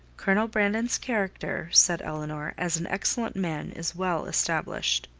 colonel brandon's character, said elinor, as an excellent man, is well established.